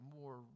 more